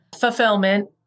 fulfillment